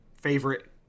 favorite